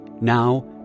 Now